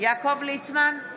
יעקב ליצמן,